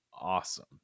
awesome